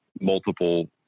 multiple